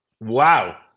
Wow